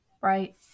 Right